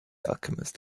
alchemist